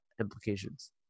implications